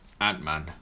Ant-Man